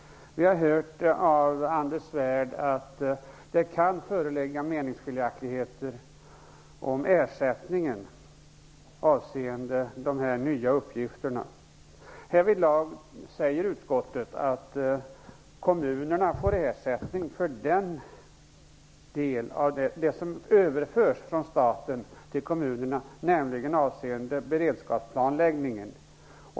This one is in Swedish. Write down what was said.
Vi har hört av Anders Svärd att det kan föreligga meningsskiljaktigheter i fråga om ersättningen avseende de här nya uppgifterna. Härvidlag säger utskottet att kommunerna får ersättning för det som överförs från staten till kommunerna, nämligen avseende beredskapsplanläggningen.